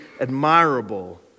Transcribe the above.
admirable